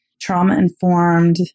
trauma-informed